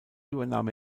übernahm